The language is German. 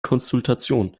konsultation